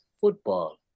football